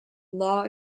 law